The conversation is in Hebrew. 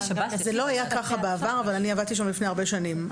זה לא היה כך בעבר אבל אני עבדתי שם לפני הרבה שנים.